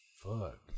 Fuck